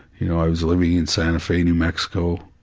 you know, i was living in santa fe, new mexico,